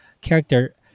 character